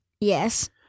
Yes